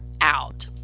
out